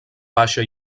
baixa